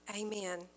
Amen